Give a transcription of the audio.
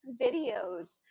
videos